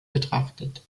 betrachtet